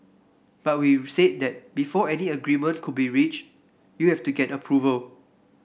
but we will say that before any agreement could be reached you have to get approval